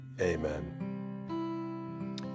amen